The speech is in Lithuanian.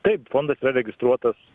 taip fondas yra registruotas